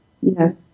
yes